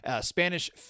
Spanish